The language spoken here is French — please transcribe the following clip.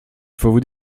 faut